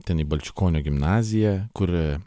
ten į balčiukonio gimnaziją kur